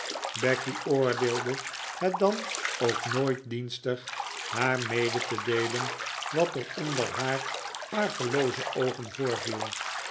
becky oordeelde het dan ook nooit dienstig haar mede te deelen wat er onder haar argelooze oogen voorviel